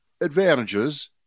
advantages